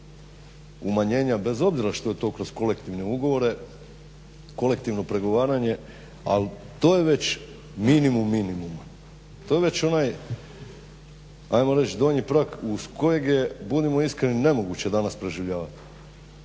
umanjenja bez obzira što je to kroz kolektivne ugovore, kolektivno pregovaranje ali to je već minimum minimuma, to je već onaj ajmo reći donji prag uz kojeg je budimo iskreni nemoguće danas preživljavati.